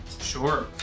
sure